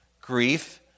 grief